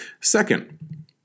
Second